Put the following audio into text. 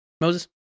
Moses